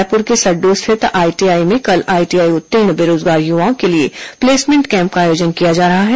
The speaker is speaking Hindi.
रायपुर के सड्डू स्थित आईटीआई में कल आईटीआई उत्तीर्ण बेरोजगार युवाओं के लिए प्लेसमेट कैम्प का आयोजन किया जा रहा है